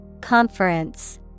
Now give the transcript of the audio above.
Conference